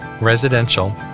residential